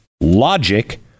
logic